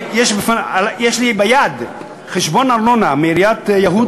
יש לי ביד חשבון ארנונה מעיריית יהוד,